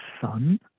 son